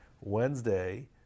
Wednesday